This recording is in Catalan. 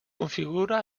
configura